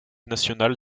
national